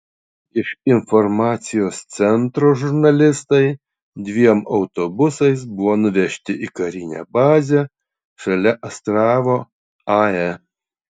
iš informacijos centro žurnalistai dviem autobusais buvo nuvežti į karinę bazę šalia astravo ae